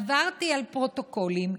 עברתי על פרוטוקולים.